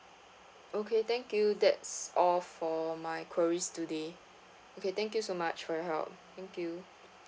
okay thank you that's all for my queries today okay thank you so much for your help thank you